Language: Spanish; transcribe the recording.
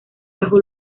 bajo